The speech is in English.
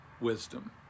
wisdom